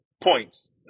points